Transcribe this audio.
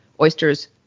oysters